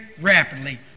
rapidly